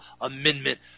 amendment